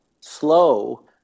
slow